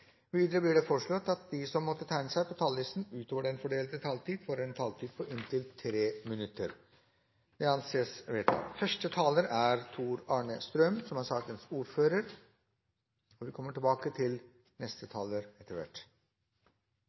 Videre blir det foreslått at de som måtte tegne seg på talerlisten utover den fordelte taletid, får en taletid på inntil 3 minutter. – Det anses vedtatt. Når Stortinget nå skal diskutere meldingen om en helhetlig integreringspolitikk, er det mulig å velge ulike innganger. Vi kan starte med det positive – hva det er som